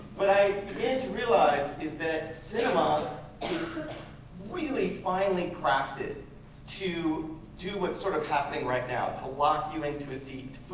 what i began to realize is that cinema is really finely crafted to do what's sort of happening right now, to lock you into a seat,